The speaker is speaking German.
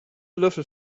löffel